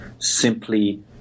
simply